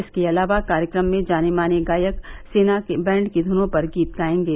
इसके अलावा कार्यक्रम में जाने माने गायक सेना बैंड की धुनों पर गीत गाएंगे